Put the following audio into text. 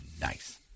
nice